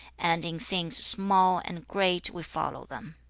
and in things small and great we follow them.